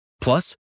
Plus